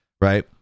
right